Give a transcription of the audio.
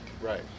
right